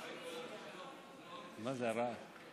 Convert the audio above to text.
מה זה הרעש?